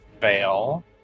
fail